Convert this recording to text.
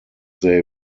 they